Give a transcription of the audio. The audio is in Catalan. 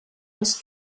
els